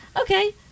okay